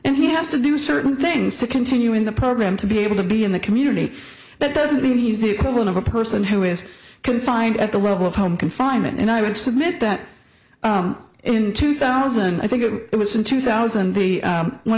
and he has to do certain things to continue in the program to be able to be in the community that doesn't mean he's the equivalent of a person who is confined at the level of home confinement and i would submit that in two thousand i think it was in two thousand the